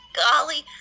golly